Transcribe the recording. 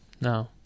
No